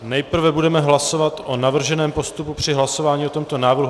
Nejprve budeme hlasovat o navrženém postupu při hlasování o tomto návrhu.